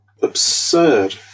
absurd